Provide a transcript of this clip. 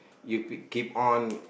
if you keep on